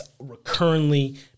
recurrently